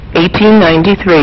1893